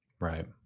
Right